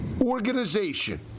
organization